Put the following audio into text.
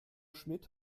schmidt